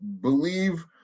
believe